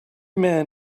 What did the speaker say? man